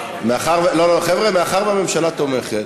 מאחר, לא, לא, חבר'ה, מאחר שהממשלה תומכת,